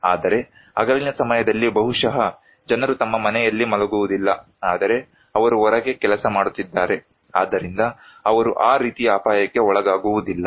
ಆದರೆ ಹಗಲಿನ ಸಮಯದಲ್ಲಿ ಬಹುಶಃ ಜನರು ತಮ್ಮ ಮನೆಯಲ್ಲಿ ಮಲಗುವುದಿಲ್ಲ ಆದರೆ ಅವರು ಹೊರಗೆ ಕೆಲಸ ಮಾಡುತ್ತಿದ್ದಾರೆ ಆದ್ದರಿಂದ ಅವರು ಆ ರೀತಿಯ ಅಪಾಯಕ್ಕೆ ಒಳಗಾಗುವುದಿಲ್ಲ